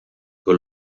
con